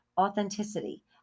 authenticity